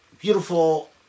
Beautiful